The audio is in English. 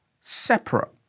separate